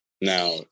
Now